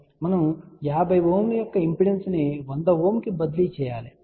మనము 50 Ω యొక్క ఇంపిడెన్స్ ను 100 Ω కు బదిలీ చేయాలి సరే